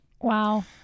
Wow